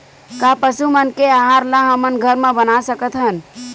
का पशु मन के आहार ला हमन घर मा बना सकथन?